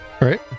Right